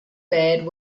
bed